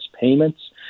payments